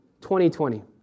2020